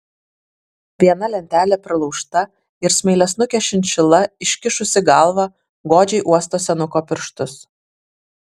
viena lentelė pralaužta ir smailiasnukė šinšila iškišusi galvą godžiai uosto senuko pirštus